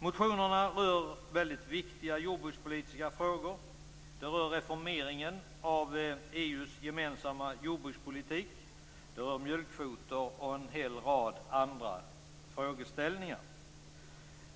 Motionerna rör väldigt viktiga jordbrukspolitiska frågor. De rör reformeringen av EU:s gemensamma jordbrukspolitik. De rör mjölkkvoter och en hel rad andra frågor.